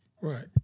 Right